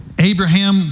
Abraham